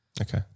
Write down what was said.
Okay